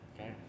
Okay